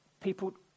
People